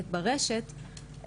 בעצם הן נמצאות עם זה מאוד לבד,